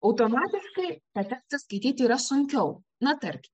automatiškai tada suskaityti yra sunkiau na tarkim